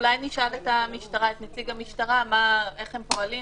אולי נשאל את נציג המשטרה איך הם פועלים